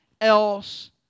else